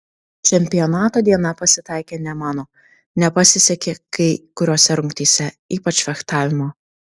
čempionato diena pasitaikė ne mano nepasisekė kai kuriose rungtyse ypač fechtavimo